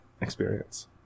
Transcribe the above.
experience